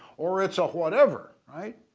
or it's a whatever, right?